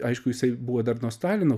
aišku jisai buvo dar nuo stalino